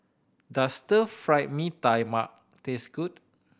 does Stir Fried Mee Tai Mak taste good